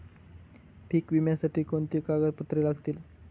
पीक विम्यासाठी कोणती कागदपत्रे लागतील?